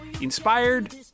inspired